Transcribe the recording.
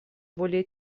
более